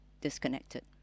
disconnected